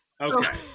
Okay